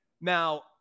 now